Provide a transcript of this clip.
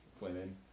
Women